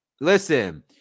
Listen